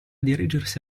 dirigersi